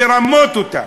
לרמות אותם.